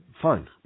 fine